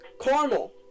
Caramel